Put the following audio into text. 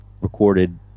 recorded